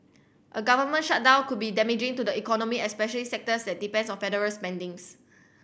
a government shutdown could be damaging to the economy especially sectors at depends on federal spendings